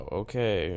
okay